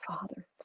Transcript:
father